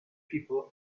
people